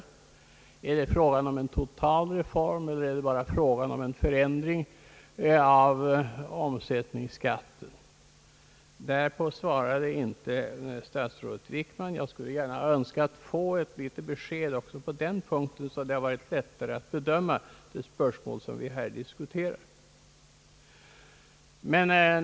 är det fråga om en total reform, eller är det bara fråga om en förändring av omsättningsskatten? Därpå svarade inte statsrådet Wickman. Jag skulle gärna velat få ett besked också på den punkten, så att det hade varit lättare att bedöma de spörsmål som vi här diskuterar.